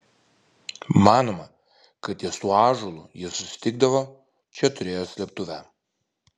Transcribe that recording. manoma kad ties tuo ąžuolu jie susitikdavo čia turėjo slėptuvę